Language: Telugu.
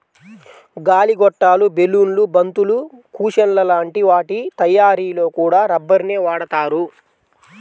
గాలి గొట్టాలు, బెలూన్లు, బంతులు, కుషన్ల లాంటి వాటి తయ్యారీలో కూడా రబ్బరునే వాడతారు